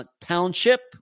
Township